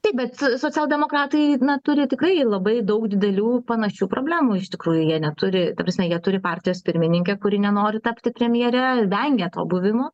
taip bet socialdemokratai turi tikrai labai daug didelių panašių problemų iš tikrųjų jie neturi ta prasme jie turi partijos pirmininkę kuri nenori tapti premjere vengia to buvimo